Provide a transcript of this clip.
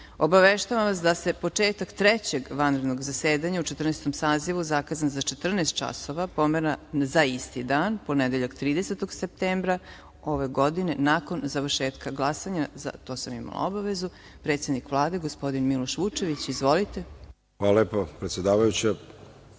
obaveštavam vas da se početak Trećeg vanrednog zasedanja u Četrnaestom sazivu, zakazan za 14.00 časova, pomera za isti dan, ponedeljak 30. septembar ove godine, nakon završetka glasanja. To sam imala obavezu. Predsednik Vlade, gospodin Miloš Vučević. Izvolite. **Miloš Vučević**